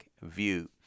view